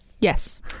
Yes